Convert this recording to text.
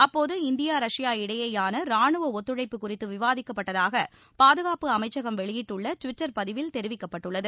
அப்போது இந்தியா இடையேயான ரானுவ ஒத்துழைப்பு குறித்து விவாதிக்கப்பட்டதாக பாதுகாப்பு அமைச்சகம் வெளியிட்டுள்ள டுவிட்டர் பதிவில் தெரிவிக்கப்பட்டுள்ளது